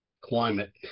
climate